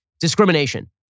discrimination